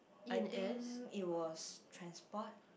I think it was transport